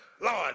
Lord